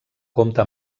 compta